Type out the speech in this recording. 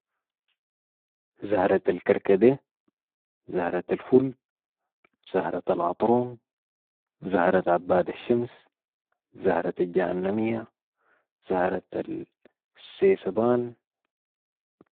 زهرة الكركدي ، زهرة الفل ، زهرة العطرون ، زهرة عباد الشمس ، زهرة الجهنمية، زهرة السيسبان